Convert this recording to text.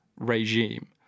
regime